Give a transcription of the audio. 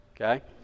okay